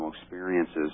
experiences